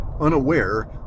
unaware